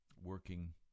working